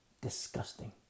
Disgusting